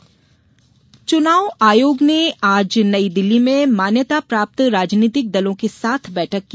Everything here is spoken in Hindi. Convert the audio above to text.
आयोग बैठक चुनाव आयोग ने आज नई दिल्ली में मान्यता प्राप्त राजनीतिक दलों के साथ बैठक की